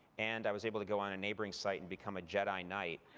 and i was able to go on a neighboring site and become a jedi knight.